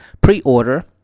pre-order